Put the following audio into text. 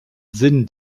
sinn